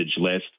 list